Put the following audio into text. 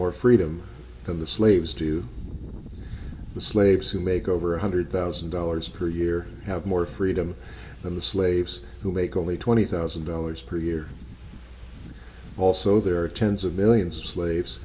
more freedom than the slaves to the slaves who make over one hundred thousand dollars per year have more freedom than the slaves who make only twenty thousand dollars per year also there are tens of millions of slaves